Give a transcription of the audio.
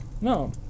no